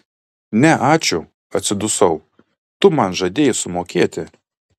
ne ačiū atsidusau tu man žadėjai sumokėti